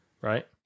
right